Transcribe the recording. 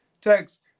text